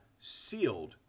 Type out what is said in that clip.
sealed